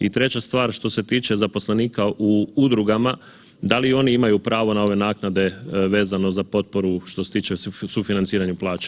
I treća stvar, što se tiče zaposlenika u udrugama, da li i oni imaju pravo na ove naknade vezano za potporu što se tiče sufinanciranja plaća?